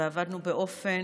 ועבדנו באופן